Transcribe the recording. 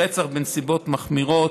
רצח בנסיבות מחמירות,